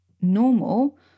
normal